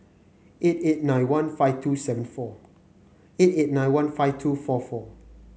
eight eight nine one five two seven four eight eight nine one five two four four